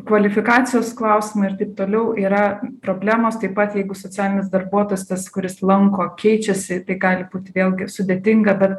kvalifikacijos klausimai ir taip toliau yra problemos taip pat jeigu socialinis darbuotojas tas kuris lanko keičiasi tai gali būti vėlgi sudėtinga bet